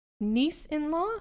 niece-in-law